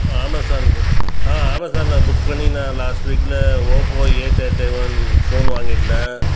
அமேசான்க்கு அமேசான்ல புக் பண்ணி நான் லாஸ்ட் வீக்ல Oppo A thirty one phone வாங்கி இருந்தேன்